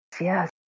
Yes